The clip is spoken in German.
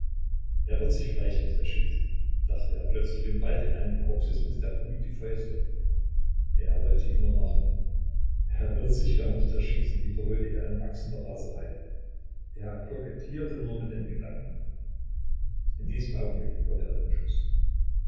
er wird sich vielleicht nicht erschießen dachte er plötzlich und ballte in einem paroxysmus der wut die fäuste er wollte ihn nur narren er wird sich gar nicht erschießen wiederholte er in wachsender raserei er kokettierte nur mit dem gedanken in diesem augenblick hörte er den schuß